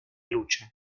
lucha